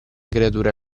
creatura